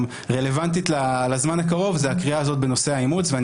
רלוונטית לזמן הקרוב זו הקריאה הזו בנושא האימוץ ואני